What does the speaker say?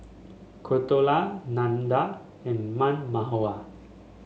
Koratala Nandan and Ram Manohar